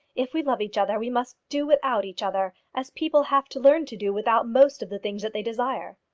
if we love each other, we must do without each other, as people have to learn to do without most of the things that they desire.